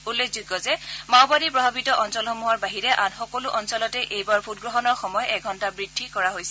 উল্লেখযোগ্য যে মাওবাদী প্ৰভাৱিত অঞ্চলসমূহৰ বাহিৰে আন সকলো অঞ্চলতে এইবাৰ ভোটগ্ৰহণৰ সময় এঘণ্টা বৃদ্ধি কৰা হৈছে